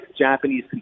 Japanese